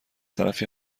طرفی